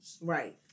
Right